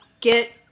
Get